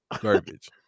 garbage